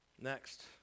Next